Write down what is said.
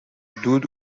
دود